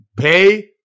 pay